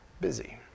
busy